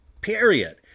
Period